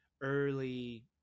early